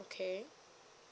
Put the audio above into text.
okay